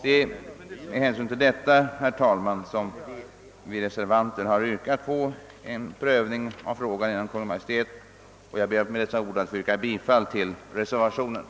Det är med hänsyn till detta, herr talman, som vi reservanter har yrkat på en prövning av frågan genom Kungl. Maj:t, och jag ber att med dessa ord få yrka bifall till reservation 1.